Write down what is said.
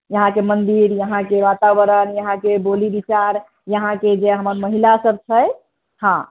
यहाँके मन्दीर यहाँके वातावरण यहाँके बोली विचार यहाँके जे हमर महिला सब छै हँ